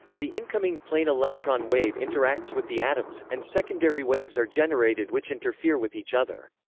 the incoming plane electron wave interacts with the atoms, and secondary waves are generated which interfere with each other.